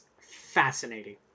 fascinating